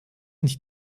nicht